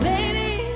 Baby